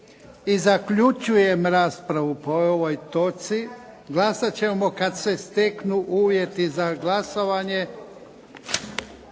I zaključujem raspravu po ovoj točci. Glasat ćemo kad se steknu uvjeti za glasovanje.